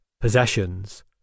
possessions